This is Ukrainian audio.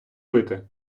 пити